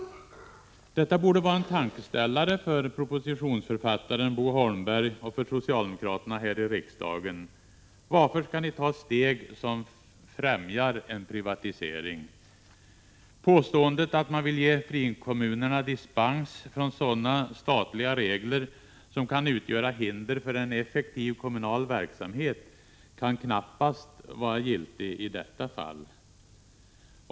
Detta borde vara en tankeställare för propositionsförfattaren Bo Holmberg och för socialdemokraterna här i riksdagen. Varför skall ni ta steg som främjar en privatisering? Påståendet att man vill ge frikommunerna dispens från sådana statliga — Prot. 1986/87:134 regler som kan utgöra hinder för en effektiv kommunal verksamhet kan — 2 juni 1987 knappast vara giltigt i detta fall.